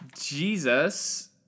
Jesus